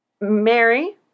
Mary